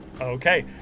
Okay